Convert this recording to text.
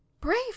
Brave